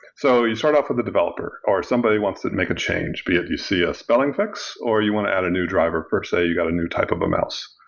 so you start off from the developer, or somebody wants to make a change, be it you see a spelling fix or you want to add a new driver per se, you got a new type of a mouse.